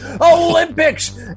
Olympics